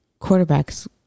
quarterbacks